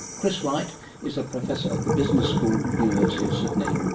chris wright is ah professor at the business school, university of sydney.